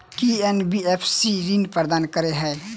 की NBFC ऋण प्रदान करे है?